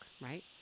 right